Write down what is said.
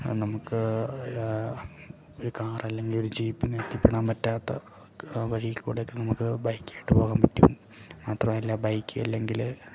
നമുക്ക് ഒരു കാർ അല്ലെങ്കിൽ ഒരു ജീപ്പിന് എത്തിപ്പെടാൻ പറ്റാത്ത വഴിയിൽക്കൂടെ ഒക്കെ നമുക്ക് ബൈക്കായിട്ട് പോകാൻ പറ്റും മാത്രമല്ല ബൈക്ക് അല്ലെങ്കിൽ